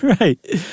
Right